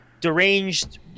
deranged